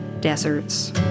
deserts